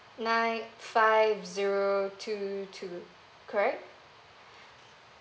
nine five zero two two correct